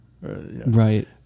Right